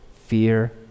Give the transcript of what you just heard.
fear